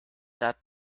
that